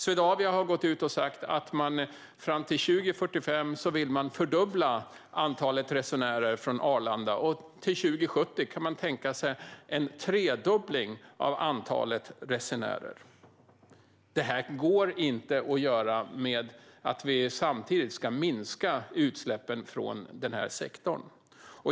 Swedavia har sagt att man fram till 2045 vill fördubbla antalet resenärer från Arlanda, och till 2070 kan man tänka sig en tredubbling av antalet resenärer. Detta kan inte göras samtidigt som vi ska minska utsläppen från sektorn.